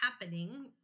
happening